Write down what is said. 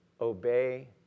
obey